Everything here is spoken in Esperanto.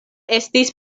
estis